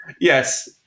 Yes